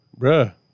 Bruh